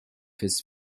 his